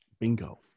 Bingo